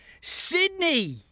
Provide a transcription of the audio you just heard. Sydney